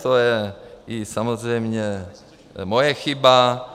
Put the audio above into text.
To je i samozřejmě moje chyba.